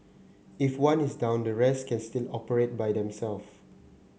if one is down the rest can still operate by